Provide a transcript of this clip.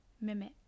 mimic